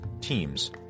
teams